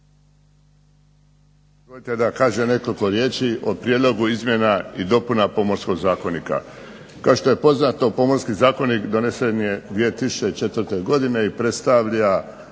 dozvolite da kažem nekoliko riječi o prijedlogu izmjena i dopuna Pomorskog zakonika. Kao što je poznato Pomorski zakonik donesen je 2004. godine i predstavlja